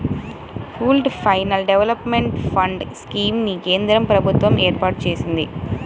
pooled finance development fund scheme ని కేంద్ర ప్రభుత్వం ఏర్పాటు చేసింది